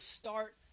start